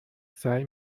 سعی